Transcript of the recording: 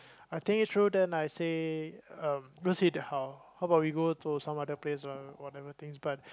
I think it through then I say um don't say the how how about we go some other place but